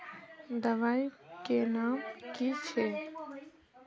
दबाई के नाम की छिए?